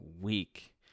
week